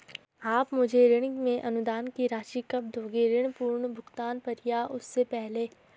आप मुझे ऋण में अनुदान की राशि कब दोगे ऋण पूर्ण भुगतान पर या उससे पहले?